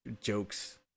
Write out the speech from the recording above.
jokes